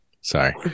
sorry